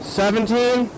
seventeen